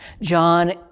John